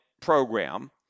program